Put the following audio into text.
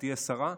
שתהיה שרה,